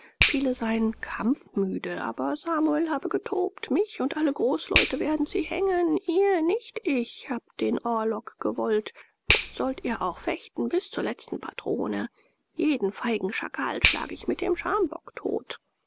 viele seien kampfmüde aber samuel habe getobt mich und alle großleute werden sie hängen ihr nicht ich habt den orlog gewollt nun sollt ihr auch fechten bis zur letzten patrone jeden feigen schakal schlage ich mit dem schambock tot